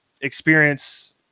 experience